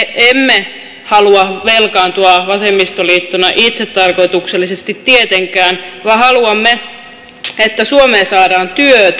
me emme halua velkaantua vasemmistoliittona itsetarkoituksellisesti tietenkään vaan haluamme että suomeen saadaan työtä